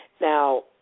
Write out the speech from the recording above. Now